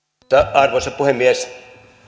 arvoisa puhemies